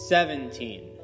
Seventeen